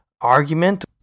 argument